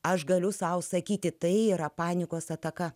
aš galiu sau sakyti tai yra panikos ataka